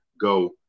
go